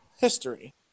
history